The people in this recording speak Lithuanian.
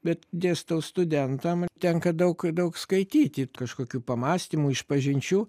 bet dėstau studentam tenka daug daug skaityti kažkokių pamąstymų išpažinčių